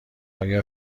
آیا